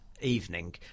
evening